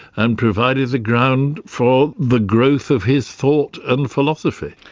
and provided the ground for the growth of his thought and philosophy.